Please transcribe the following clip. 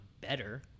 better